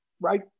right